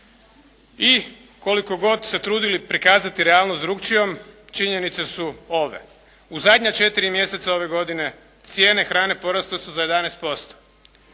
I koliko god se trudili prikazati realnost drugačijom, činjenice su ove. U zadnja četiri mjeseca ove godine cijene hrane porasle su za 11%,